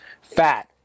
fat